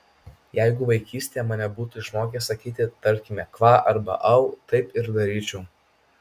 jeigu vaikystėje mane būtų išmokę sakyti tarkime kva arba au taip ir daryčiau